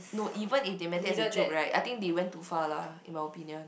no even if they meant it as a joke right I think they went too far lah in my opinion